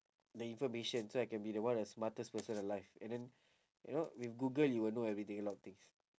the information so I can be the one of the smartest person alive and then you know with google you will know everything a lot of things